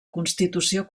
constitució